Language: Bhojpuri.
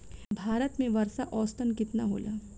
भारत में वर्षा औसतन केतना होला?